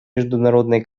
международной